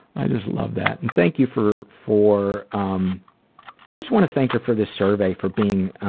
i just love that and thank you for for um i just want to thank her for this survey for being